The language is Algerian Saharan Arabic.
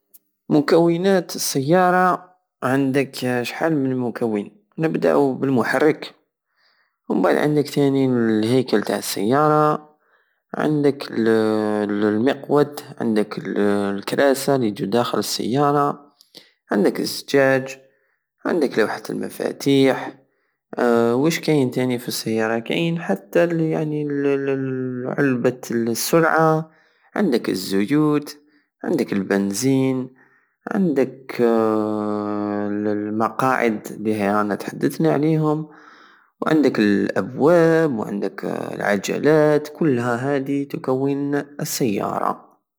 مكونات السيارة عندك شحال من مكون نبداو بالمحرك ومبعد عندك تاني الهيكل تع السيارة عندك ال- المقود عندك الكراسة الي يجو داخل السيارة عندك الزجاج عندك لوحت المفاتيح وشكاين تاني فالسيارة كاين حتى ال- العلبة السرعة عندك الزيوت عندك البنزين عندك ال- ال- المقاعد الي رانا تحدثنا عليهم عندك الأبواب عندك العجلات كلهاو هادي تكون السيارة